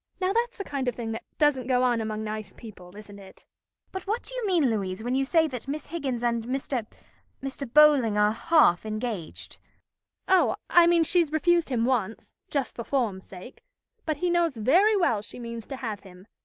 now that's the kind of thing that doesn't go on among nice people, isn't it but what do you mean, louise, when you say that miss higgins and mr mr. bowling are half engaged oh, i mean she has refused him once, just for form's sake but he knows very well she means to have him.